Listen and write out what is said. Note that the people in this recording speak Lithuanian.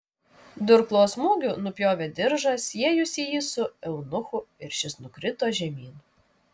durklo smūgiu nupjovė diržą siejusį jį su eunuchu ir šis nukrito žemyn